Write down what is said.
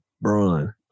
Braun